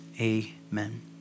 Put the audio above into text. Amen